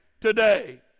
today